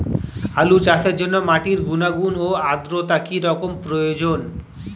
আলু চাষের জন্য মাটির গুণাগুণ ও আদ্রতা কী রকম প্রয়োজন?